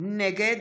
נגד